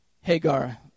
Hagar